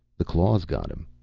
the claws got him.